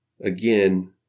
Again